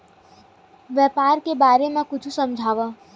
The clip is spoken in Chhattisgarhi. व्यापार के बारे म कुछु समझाव?